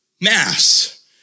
mass